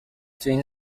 twin